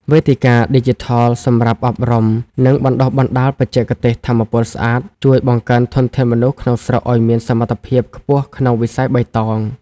វេទិកាឌីជីថលសម្រាប់អប់រំ និងបណ្ដុះបណ្ដាលបច្ចេកទេសថាមពលស្អាត ជួយបង្កើនធនធានមនុស្សក្នុងស្រុកឱ្យមានសមត្ថភាពខ្ពស់ក្នុងវិស័យបៃតង។